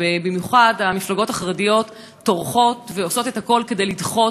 ולכן במיוחד המפלגות החרדיות טורחות ועושות הכול כדי לדחות,